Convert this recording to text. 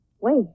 Wait